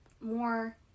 more